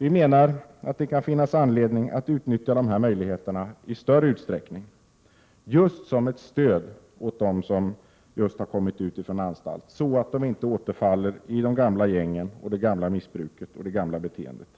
Vi menar att det kan finnas anledning att utnyttja dessa möjligheter i större utsträckning som ett stöd åt dem som just har kommit ut från anstalt, så att de inte åter hamnar i det gamla gänget, det gamla missbruket och det gamla beteendet.